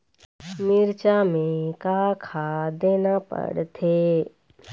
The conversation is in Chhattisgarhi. मिरचा मे का खाद देना पड़थे?